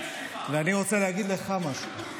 ואני רוצה להגיד לך משהו,